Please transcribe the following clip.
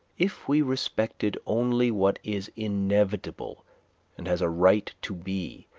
if we respected only what is inevitable and has a right to be,